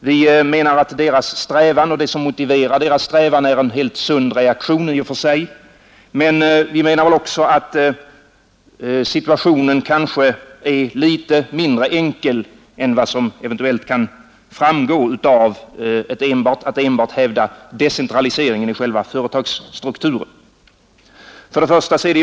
Vi menar att det som motiverar deras strävan är en i och för sig helt sund reaktion, men vi menar också att reaktionen kanske är litet mindre enkel än vad som eventuellt kan framgå av att man enbart hävdar decentraliseringen i själva företagsstrukturen.